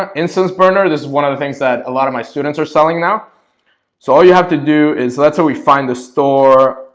um instance burner this is one of the things that a lot of my students are selling now so all you have to do is that's how we find the store.